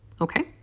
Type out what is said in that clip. Okay